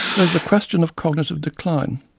there is the question of cognitive decline.